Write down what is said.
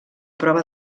prova